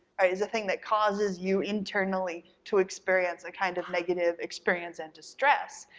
ah is a thing that causes you internally to experience a kind of negative experience and distress,